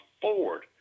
forward